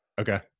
Okay